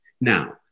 Now